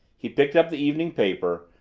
he picked up the evening paper,